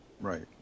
Right